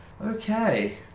Okay